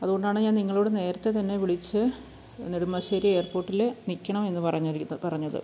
അതുകൊണ്ടാണ് ഞാൻ നിങ്ങളോട് നേരത്തെ തന്നെ വിളിച്ച് നെടുമ്പാശ്ശേരി എയർപോർട്ടിൽ നിക്കണം എന്ന് പറഞ്ഞത് പറഞ്ഞത്